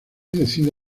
decide